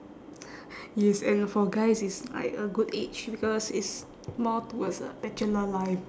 yes and for guys it's like a good age because it's more towards a bachelor life